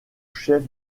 chef